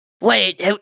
Wait